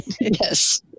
Yes